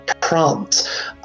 prompt